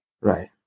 Right